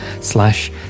slash